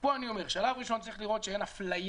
ופה אני אומר: שלב ראשון צריך לראות שאין הפליה.